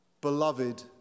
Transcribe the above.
Beloved